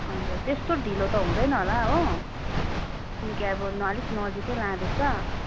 अन्त त्यस्तो ढिलो त हुँदैन होला हो किनकि अब अलिक नजिक नै लाँदैछ